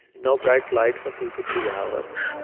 no bright light for two to three hours,